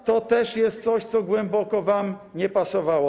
I to też jest coś, co głęboko wam nie pasowało.